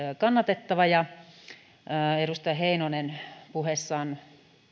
kannatettava edustaja heinonen puheessaan